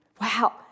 Wow